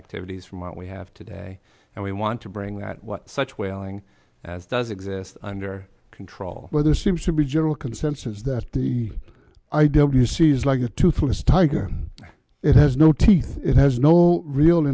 activities from what we have today and we want to bring that was such whaling as does exist under control but there seems to be a general consensus that the i w c is like a toothless tiger it has no teeth it has no real